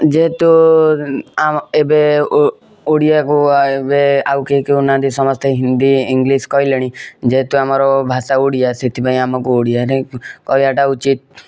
ଯେହେତୁ ଆମ ଏବେ ଓଡ଼ିଆ କୁ ଏବେ ଆଉ କେହି କହୁ ନାହାଁନ୍ତି ସମସ୍ତେ ହିନ୍ଦୀ ଇଂଲିଶ କହିଲେଣି ଯେହେତୁ ଆମର ଭାଷା ଓଡ଼ିଆ ସେଥିପାଇଁ ଆମକୁ ଓଡ଼ିଆରେ କହିବାଟା ଉଚିତ